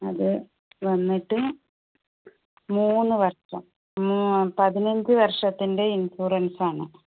അത് വന്നിട്ട് മൂന്ന് വർഷം പതിനഞ്ച് വർഷത്തിൻ്റെ ഇൻഷുറൻസ് ആണ്